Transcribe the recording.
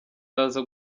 araza